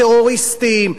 טרוריסטים,